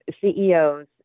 CEOs